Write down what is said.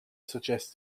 suggest